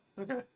Okay